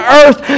earth